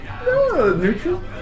neutral